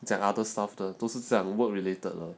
在 other staff the 都是讲 work related lah